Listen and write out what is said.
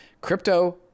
Crypto